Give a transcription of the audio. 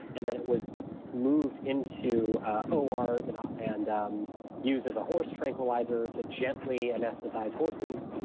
and then it was moved into ors and um and um used as a horse tranquilizer to gently anesthetize horses.